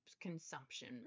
consumption